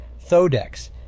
Thodex